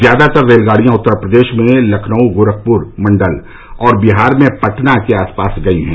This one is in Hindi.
ज्यादातर रेलगाड़ियां उत्तर प्रदेश में लखनऊ गोरखपुर मंडल और बिहार में पटना के आस पास गई हैं